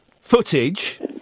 footage